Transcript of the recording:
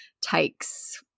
takes